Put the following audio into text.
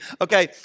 Okay